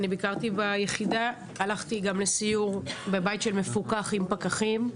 אני ביקרתי ביחידה והלכתי גם לסיור בבית של מפוקח עם פקחים.